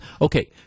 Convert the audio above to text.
okay